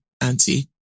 auntie